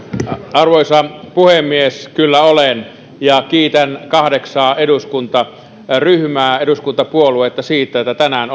arvoisa puhemies kyllä olen ja kiitän kahdeksaa eduskuntaryhmää eduskuntapuoluetta siitä että tänään